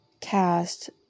cast